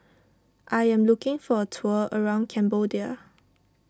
I am looking for a tour around Cambodia